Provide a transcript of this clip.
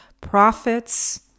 profits